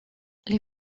les